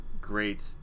great